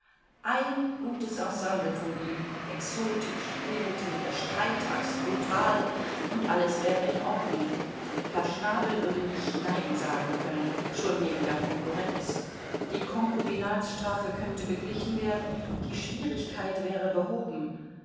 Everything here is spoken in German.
ein gutes ensemble von ihm exotisch wild mit der streitaxt brutal und alles wäre in ordnung herr schnabel würde nicht nein sagen können schon wegen der konkurrenz die konkubinatsstrafe könnte beglichen werden die schwierigkeit wäre behoben